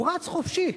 הוא רץ חופשי,